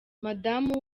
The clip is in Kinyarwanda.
madamu